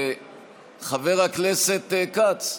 חבר הכנסת כץ,